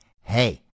hey